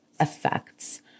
effects